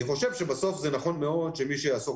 אני חושב שבסוף זה נכון מאוד שמי שיעסוק